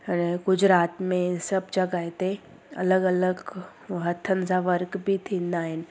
अने गुजरात में सभ जॻह ते अलॻि अलॻि हथनि जा वर्क बि थींदा आहिनि